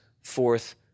forth